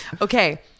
Okay